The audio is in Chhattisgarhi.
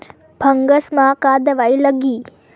फंगस म का दवाई लगी?